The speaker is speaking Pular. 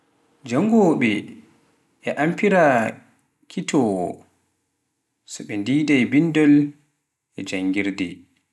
jangoowoɓe a amfira e kitoowo so ɓe ndidai bindol e janngirde.